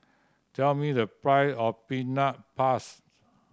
tell me the price of peanut pass